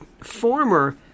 former